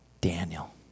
Daniel